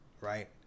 Right